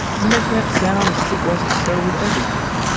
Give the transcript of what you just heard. you make that sound as if it wasn't so with everything.